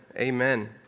Amen